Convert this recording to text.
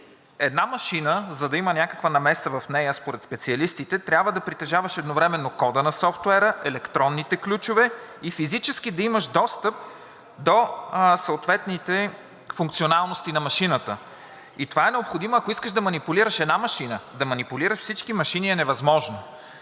специалистите, за да има някаква намеса в една машина, трябва да притежаваш едновременно кода на софтуера, електронните ключове и физически да имаш достъп до съответните функционалности на машината. И това е необходимо, ако искаш да манипулираш една машина. Да манипулираш всички машини е невъзможно.